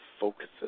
focuses